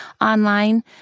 online